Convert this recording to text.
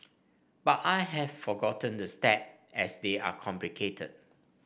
but I have forgotten the step as they are complicated